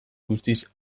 guztiz